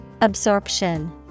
Absorption